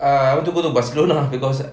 err I want to go to barcelona cause